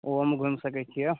ओहोमे घुमि सकैत छियै